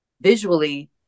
visually